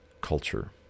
culture